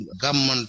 government